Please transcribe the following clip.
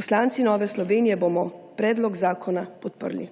Poslanci Nove Slovenije bomo predlog zakona podprli.